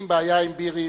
עם בעיה עם בירעם,